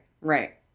right